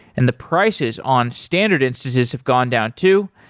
and the prices on standard instances have gone down too.